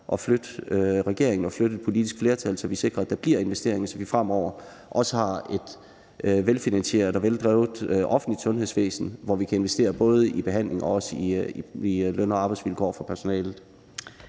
at flytte regeringen og et politisk flertal, så vi sikrer, at der bliver investeringer, så vi fremover også har et velfinansieret og veldrevet offentligt sundhedsvæsen, hvor vi kan investere i både behandling og løn- og arbejdsvilkår for personalet.